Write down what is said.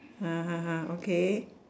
ha ha ha okay